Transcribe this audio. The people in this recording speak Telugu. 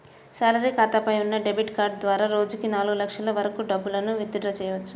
శాలరీ ఖాతాపై ఉన్న డెబిట్ కార్డు ద్వారా రోజుకి నాలుగు లక్షల వరకు డబ్బులను విత్ డ్రా చెయ్యవచ్చు